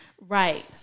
Right